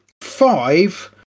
five